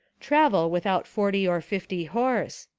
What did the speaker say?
travel without forty or fifty horse.